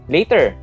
Later